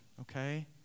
okay